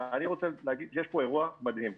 יש פה אירוע מדהים.